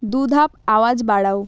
দু ধাপ আওয়াজ বাড়াও